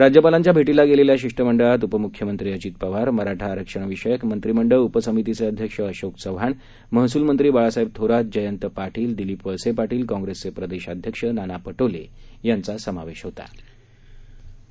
राज्यपालांच्या भेटीला गेलेल्या शिष्टमंडळात उपमुख्यमंत्री अजित पवार मराठा आरक्षणविषयक मंत्रीमंडळ उपसमितीचे अध्यक्ष अशोक चव्हाण महसुलमंत्री बाळासाहेब थोरात जयंत पाटील दिलीप वळसे पाटील काँग्रेसचे प्रदेशाध्यक्ष नाना पटोले यांचा समावेश होतो